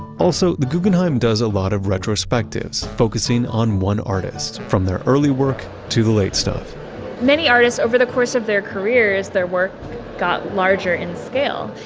also, the guggenheim does a lot of retrospectives, focusing on one artist from their early work to the late stuff many artists over the course of their careers, their work got larger in scale.